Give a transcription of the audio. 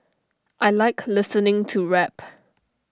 I Like listening to rap